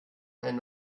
ein